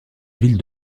ville